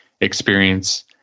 experience